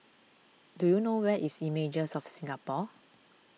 do you know where is Images of Singapore